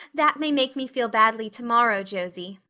that may make me feel badly tomorrow, josie,